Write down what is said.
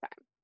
time